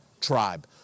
tribe